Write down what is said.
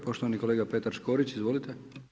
Poštovani kolega Petar Škorić, izvolite.